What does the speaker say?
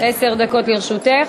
עשר דקות לרשותך.